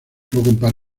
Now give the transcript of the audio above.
james